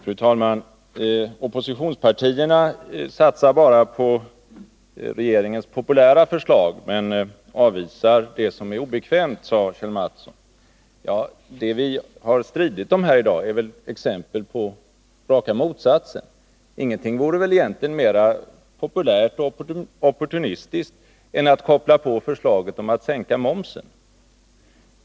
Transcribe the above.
Fru talman! Oppositionspartierna satsar bara på regeringens populära förslag och avvisar det som är obekvämt, sade Kjell Mattsson. Men det vi har stridit om här i dag är väl exempel på raka motsatsen. Ingenting vore egentligen mera populärt och opportunistiskt än att koppla på förslaget om att sänka momsen.